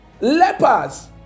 lepers